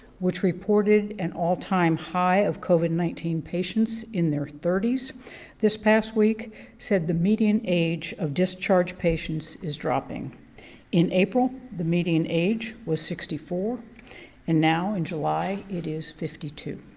which reported an all-time high of covid nineteen patients in their thirty s this past week said the median age of discharge patients is dropping in april. the median age was sixty four and now in july it is fifty two.